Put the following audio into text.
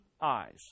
eyes